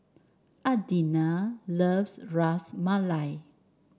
Adina loves Ras Malai